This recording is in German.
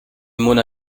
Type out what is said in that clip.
mona